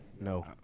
No